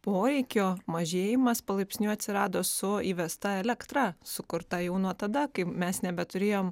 poreikio mažėjimas palaipsniui atsirado su įvesta elektra sukurta jau nuo tada kai mes nebeturėjom